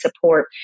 support